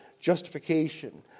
justification